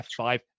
F5